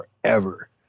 forever